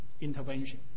intervention